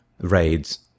raids